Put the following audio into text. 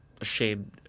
ashamed